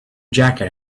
jacket